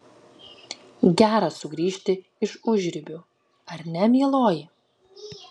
gera sugrįžti iš užribių ar ne mieloji